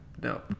no